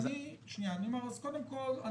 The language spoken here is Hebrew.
אז אני אומר שקודם כל,